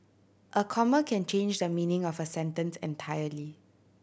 a comma can change the meaning of a sentence entirely